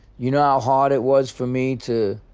you know how hard it was for me to